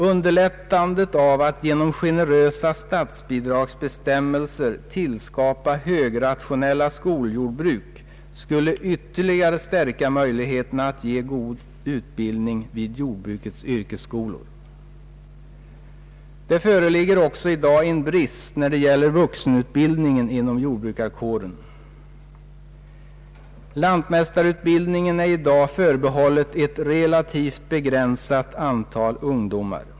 Underlättandet av att genom generösare statsbidragsbestämmelser tillskapa högrationella skoljordbruk skulle ytterligare stärka möjligheterna att ge god utbildning vid jordbrukets yrkesskolor. Det föreligger också i dag en brist när det gäller vuxenutbildningen inom jordbrukarkåren. Lantmästarutbildningen är i dag förbehållen ett relativt be gränsat antal ungdomar.